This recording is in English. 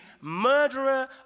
murderer